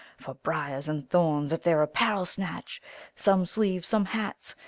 for briers and thorns at their apparel snatch some sleeves, some hats,